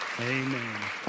Amen